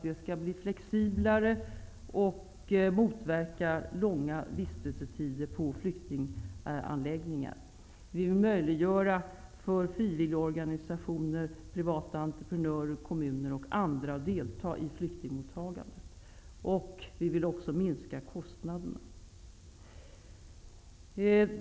Det skall bli flexiblare, och långa vistelsetider på flyktinganläggningar skall motverkas. Vi vill möjliggöra för frivilligorganisationer, privata entreprenörer, kommuner och andra att delta i flyktingmottagandet. Vi vill också minska kostnaderna.